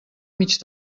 mig